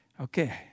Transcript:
Okay